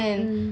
hmm